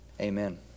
amen